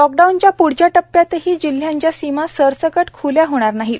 लॉकडाऊनच्या पुढच्या टप्प्यातही जिल्ह्यांच्या सीमा सरसकट खुल्या होणार नाहीत